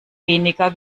weniger